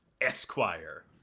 Esquire